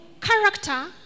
character